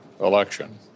election